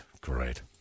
Great